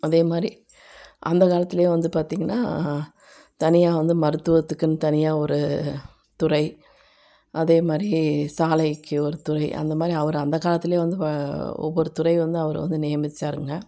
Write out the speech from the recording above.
அதே மாதிரி அந்த காலத்துல வந்து பார்த்திங்கன்னா தனியாக வந்து மருத்துவத்துக்குன்னு தனியாக ஒரு துறை அதே மாதிரி சாலைக்கு ஒரு துறை அந்த மாதிரி அவர் அந்த காலத்துலையே வந்து வ ஒவ்வொரு துறை வந்து அவர் வந்து நியமிச்சாருங்க